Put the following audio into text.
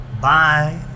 Bye